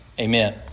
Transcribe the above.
Amen